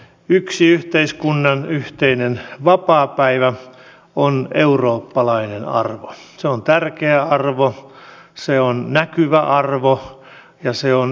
yksi yhteiskunnan yhteinen vapaapäivä on eurooppalainen arvo se on tärkeä arvo se on näkyvä arvo ja se on yhteiseurooppalainen arvo